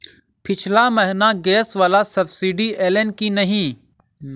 पिछला महीना गैस वला सब्सिडी ऐलई की नहि?